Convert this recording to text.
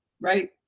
right